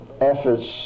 efforts